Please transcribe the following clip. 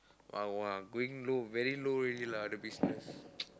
!wah! !wah! going low very low already lah the business